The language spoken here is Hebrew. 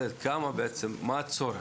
מה הצורך?